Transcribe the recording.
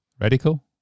Radical